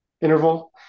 Interval